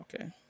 Okay